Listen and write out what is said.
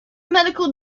medical